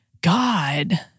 God